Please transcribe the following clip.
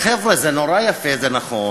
אמרתי: חבר'ה, זה נורא יפה, זה נכון,